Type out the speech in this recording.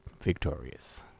victorious